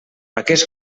aquest